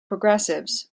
progressives